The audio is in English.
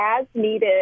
as-needed